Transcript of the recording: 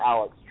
Alex